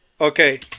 Okay